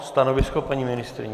Stanovisko paní ministryně?